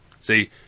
See